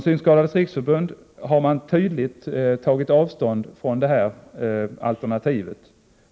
Synskadades riksförbund har tydligt tagit avstånd från det här alternativet.